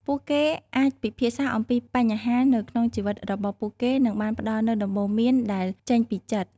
ពួកគេអាចពិភាក្សាអំពីបញ្ហានៅក្នុងជីវិតរបស់ពួកគេនិងបានផ្តល់នូវដំបូន្មានដែលចេញពីចិត្ត។